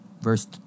verse